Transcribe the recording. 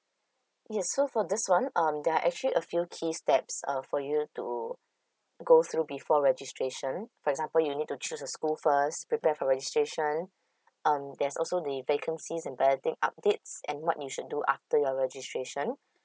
yes so for this one um there are actually a few key steps uh for you to go through before registration for example you need to choose a school first prepare for registration um there's also the vacancies and balloting updates and what you should do after your registration